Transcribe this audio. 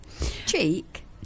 Cheek